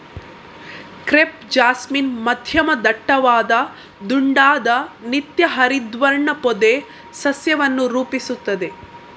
crepe jasmine ಮಧ್ಯಮ ದಟ್ಟವಾದ ದುಂಡಾದ ನಿತ್ಯ ಹರಿದ್ವರ್ಣ ಪೊದೆ ಸಸ್ಯವನ್ನು ರೂಪಿಸುತ್ತದೆ